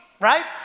Right